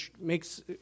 makes